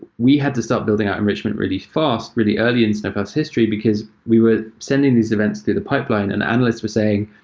we had to start building out enrichment really fast really early in snowplow's history, because we were sending these events data pipeline and analysts were saying,